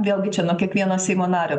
vėlgi čia nuo kiekvieno seimo nario